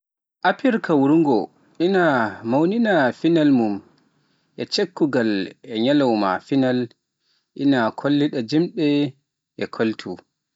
Afrik worgo ina mawnina pinal mum en ceertungal e ñalawma pinal, ina kollita jimɗi e koltu.